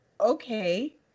okay